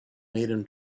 maiden